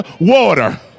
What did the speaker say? water